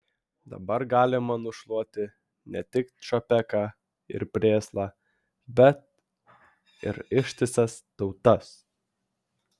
dabar galima nušluoti ne tik čapeką ir prėslą bet ir ištisas tautas